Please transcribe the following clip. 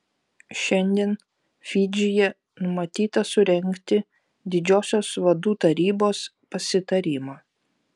šiandien fidžyje numatyta surengti didžiosios vadų tarybos pasitarimą